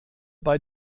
bei